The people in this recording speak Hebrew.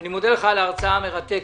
אני מודה לך על ההרצאה המרתקת.